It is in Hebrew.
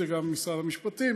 וזה גם משרד המשפטים,